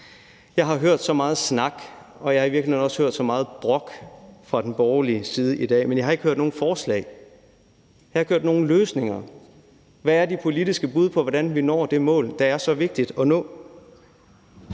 også hørt så meget brok fra den borgerlige side i dag, men jeg har ikke hørt nogen forslag, jeg har ikke hørt nogen løsninger. Hvad er de politiske bud på, hvordan vi når det mål, der er så vigtigt at nå?